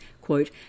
quote